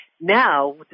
Now